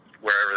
wherever